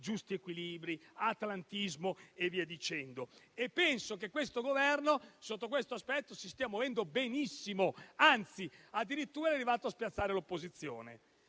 giusti equilibri, atlantismo, e penso che questo Governo sotto tale aspetto si stia muovendo benissimo, anzi addirittura sia arrivato a spiazzare l'opposizione.